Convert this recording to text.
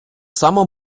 само